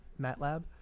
MATLAB